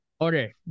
okay